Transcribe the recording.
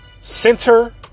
Center